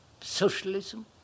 socialism